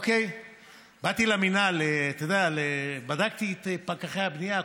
באתי למינהל, בדקתי את פקחי הבנייה.